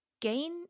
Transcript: Gain